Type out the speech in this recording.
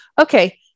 Okay